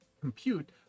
compute